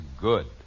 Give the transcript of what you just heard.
good